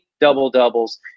double-doubles